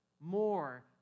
more